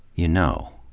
you know.